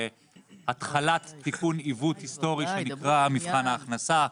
התחלת תיקון עיוות היסטורי שנקרא מבחן ההכנסה,